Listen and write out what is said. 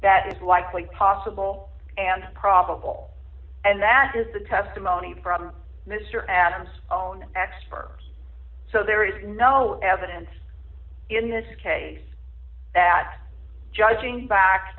that is likely possible and probable and that is the testimony from mr adams own experts so there is no evidence in this case that judging back